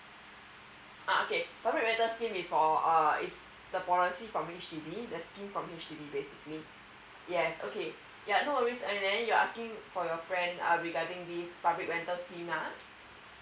uh okay public rental scheme is for err is the policy from H_D_B the scheme from H_D_B basically yes okay yeah no worries and then you're asking for your friend um regarding this public rental scheme lah